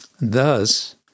Thus